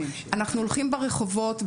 אנחנו הולכים ברחובות,